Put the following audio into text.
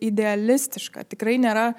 idealistiška tikrai nėra